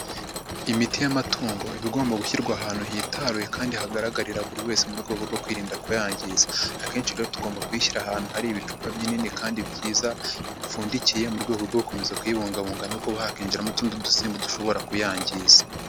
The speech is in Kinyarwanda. lmiti y'amatungo iba igomba gushyirwa ahantu hitaruye kandi hagaragarira buri wese mu rwego rwo kwirinda kuyangiza. Akenshi rero tugomba kuyishyira ahantu hari ibicupa binini kandi byiza bipfundikiye mu rwego rwo gukomeza kuyibungabunga no kuba hakinjiramo utundi dusimba dushobora kuyangiza.